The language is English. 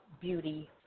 beauty